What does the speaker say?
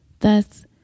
Thus